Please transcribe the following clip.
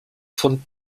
von